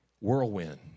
whirlwind